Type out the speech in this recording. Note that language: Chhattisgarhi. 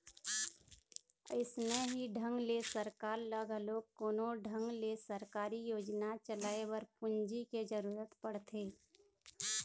अइसने ही ढंग ले सरकार ल घलोक कोनो ढंग ले सरकारी योजना चलाए बर पूंजी के जरुरत पड़थे